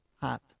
hot